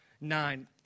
Nine